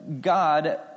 God